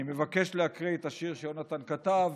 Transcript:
אני מבקש להקריא את השיר שיהונתן כתב: